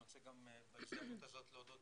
אני רוצה בהזדמנות הזאת להודות